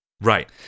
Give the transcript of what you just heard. Right